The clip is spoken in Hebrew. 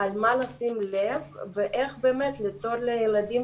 על מה לשים לב ואיך באמת ליצור לילדים